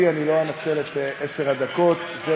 אני רוצה לדעת מה הבטיחו לך,